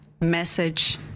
message